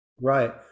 Right